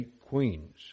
queens